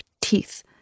teeth